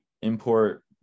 import